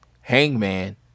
Hangman